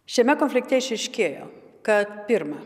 šiame konflikte išryškėjo kad pirma